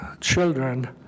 children